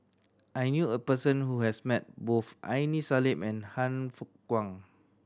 I knew a person who has met both Aini Salim and Han Fook Kwang